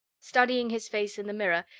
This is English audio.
studying his face in the mirror,